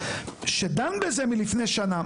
שדן בזה לפני שנה.